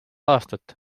aastat